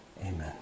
Amen